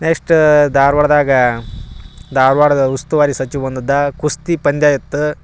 next ಧಾರ್ವಾಡ್ದಾಗ ಧಾರ್ವಾಡದ ಉಸ್ತುವಾರಿ ಸಚಿವ ಬಂದಿದ್ದ ಕುಸ್ತಿ ಪಂದ್ಯ ಇತ್ತು